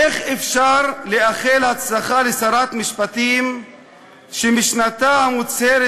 איך אפשר לאחל הצלחה לשרת משפטים שמשנתה המוצהרת